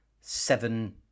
seven